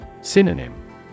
Synonym